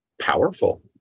powerful